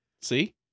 See